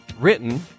written